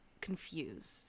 Confused